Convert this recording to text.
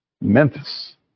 Memphis